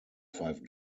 five